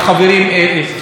נעלה אותה.